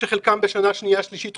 שחלקם כבר נחטפים